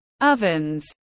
ovens